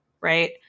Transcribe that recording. right